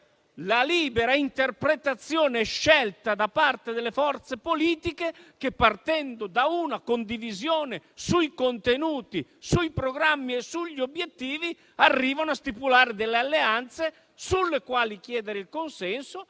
la libera interpretazione scelta da parte delle forze politiche, che, partendo da una condivisione sui contenuti, sui programmi e sugli obiettivi, arrivano a stipulare delle alleanze sulle quali chiedere il consenso